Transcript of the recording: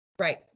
right